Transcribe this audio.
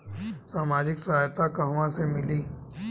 सामाजिक सहायता कहवा से मिली?